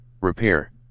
Repair